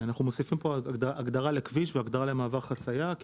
מוסיפים פה הגדרה לכביש והגדרה למעבר חציה כי